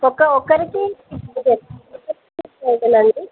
ఒక ఒకరికి ఒక